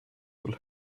will